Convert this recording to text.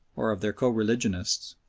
or of their co-religionists,